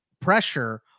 pressure